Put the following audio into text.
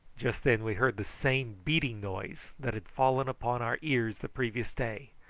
just then we heard the same beating noise that had fallen upon our ears the previous day.